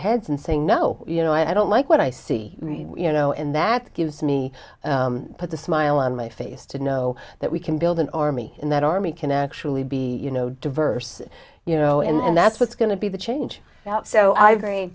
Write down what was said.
heads and saying no you know i don't like what i see you know and that gives me put a smile on my face to know that we can build an army and that army can actually be you know diverse you know and that's what's going to be the change that so i